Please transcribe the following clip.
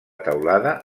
teulada